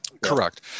Correct